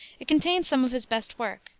it contains some of his best work,